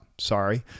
Sorry